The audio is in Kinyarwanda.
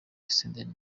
senderi